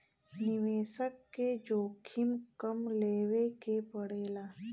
निवेसक के जोखिम कम लेवे के पड़ेला